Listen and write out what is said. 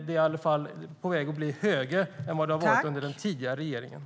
Det är i alla fall på väg att bli högre än vad det var under den tidigare regeringen.